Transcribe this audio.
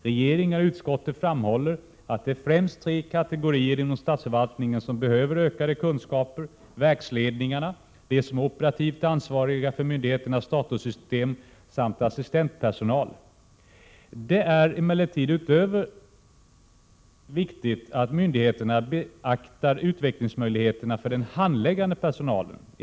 Regeringen och utskottet framhåller att det är främst tre kategorier inom statsförvaltningen som behöver ökade kunskaper: verksledningarna, de som är operativt ansvariga för myndigheternas datorsystem samt assistentpersonal. Det är emellertid därutöver viktigt att myndigheterna beaktar utvecklingsmöjligheterna för den handläggande personalen.